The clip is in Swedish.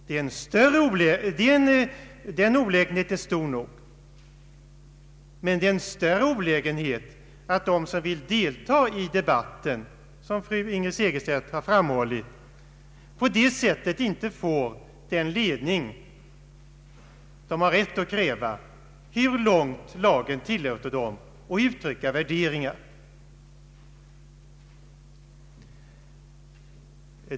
Den nackdelen är stor nog men det är en större olägenhet — som fru Segerstedt Wiberg har framhållit — att de som vill delta i den offentliga debatten på det sättet inte får den upplysning de har rätt att kräva om hur långt lagen tillåter dem att uttrycka värderingar.